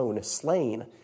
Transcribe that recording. slain